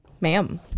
ma'am